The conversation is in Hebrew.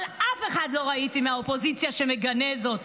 אבל אף אחד לא ראיתי מהאופוזיציה שמגנה זאת,